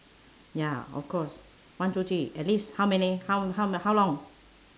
ya of course one two three at least how many how how how long